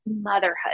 motherhood